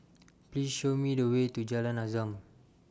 Please Show Me The Way to Jalan Azam